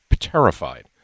terrified